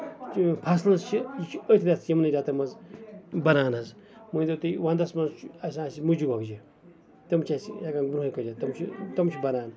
یہِ فَصٕلَس چھُ یہِ چھُ أتھۍ ریٚتَس یِمنٕے ریٚتن منٛز بَنان حظ مٲنۍتَو تُہۍ وَندَس منٛز چھُ آسان مُجہِ گۅگجہِ تِم چھِ امہِ برٛونٛہٕے کٔڈِتھ تٔمۍ چھِ بَنان